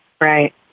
Right